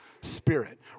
spirit